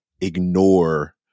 ignore